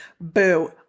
Boo